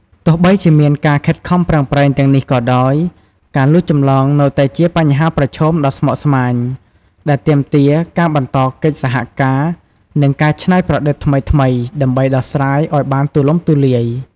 ទោះបីជាមានការខិតខំប្រឹងប្រែងទាំងនេះក៏ដោយ ការលួចចម្លងនៅតែជាបញ្ហាប្រឈមដ៏ស្មុគស្មាញដែលទាមទារការបន្តកិច្ចសហការ និងការច្នៃប្រឌិតថ្មីៗដើម្បីដោះស្រាយឱ្យបានទូលំទូលាយ។